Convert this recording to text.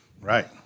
Right